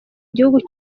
gihugu